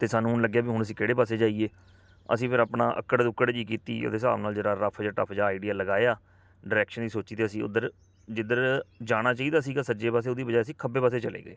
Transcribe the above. ਅਤੇ ਸਾਨੂੰ ਹੁਣ ਲੱਗਿਆ ਹੁਣ ਅਸੀਂ ਕਿਹੜੇ ਪਾਸੇ ਜਾਈਏ ਅਸੀਂ ਫਿਰ ਆਪਣਾ ਅੱਕੜ ਦੁੱਕੜ ਜਿਹੀ ਕੀਤੀ ਉਹਦੇ ਹਿਸਾਬ ਨਾਲ ਜਿਹੜਾ ਰੱਫ ਜਿਹਾ ਟੱਫ ਜਿਹਾ ਆਈਡੀਆ ਲਗਾਇਆ ਡਾਇਰੈਕਸ਼ਨ ਹੀ ਸੋਚੀ ਅਤੇ ਅਸੀਂ ਉੱਧਰ ਜਿੱਧਰ ਜਾਣਾ ਚਾਹੀਦਾ ਸੀਗਾ ਸੱਜੇ ਪਾਸੇ ਉਹਦੀ ਬਜਾਏ ਅਸੀ ਖੱਬੇ ਪਾਸੇ ਚਲੇ ਗਏ